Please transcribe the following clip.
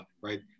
right